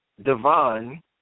Devon